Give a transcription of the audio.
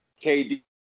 KD